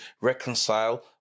reconcile